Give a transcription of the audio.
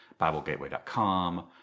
BibleGateway.com